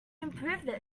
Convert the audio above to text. improved